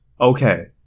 okay